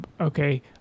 Okay